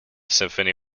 symphony